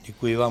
Děkuji vám.